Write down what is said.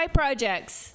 projects